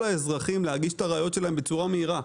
האזרחים להגיש את הראיות שלהם בצורה מהירה,